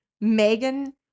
Megan